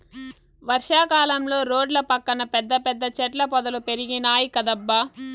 వర్షా కాలంలో రోడ్ల పక్కన పెద్ద పెద్ద చెట్ల పొదలు పెరిగినాయ్ కదబ్బా